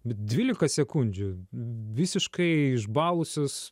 dvylika sekundžių visiškai išbalusius